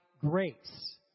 grace